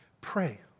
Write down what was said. Pray